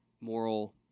moral